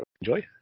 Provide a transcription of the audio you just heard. Enjoy